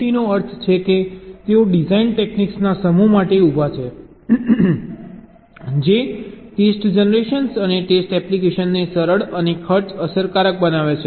DFT નો અર્થ છે કે તેઓ ડિઝાઇન ટેક્નીક્સના સમૂહ માટે ઊભા છે જે ટેસ્ટ જનરેશન અને ટેસ્ટ એપ્લિકેશનને સરળ અને ખર્ચ અસરકારક બનાવે છે